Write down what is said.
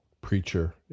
preacher